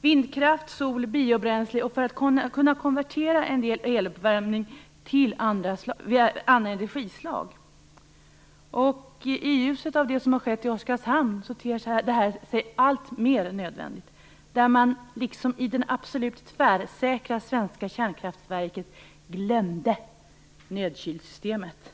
vindkraft, sol och biobränsle och på möjligheten att konvertera en del eluppvärmning till andra energislag. I ljuset av det som har skett i Oskarshamn ter sig detta alltmer nödvändigt, där man i det absolut tvärsäkra kärnkraftverket glömde nödkylsystemet.